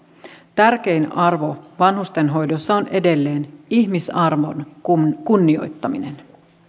tärkein arvo vanhustenhoidossa on edelleen ihmisarvon kunnioittaminen